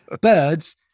Birds